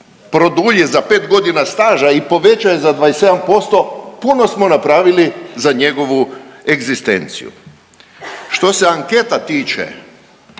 produlji za 5.g. staža i poveća je za 27% puno smo napravili za njegovu egzistenciju. Što se anketa tiče